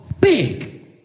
Big